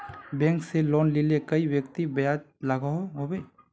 Bank से loan लिले कई व्यक्ति ब्याज लागोहो होबे?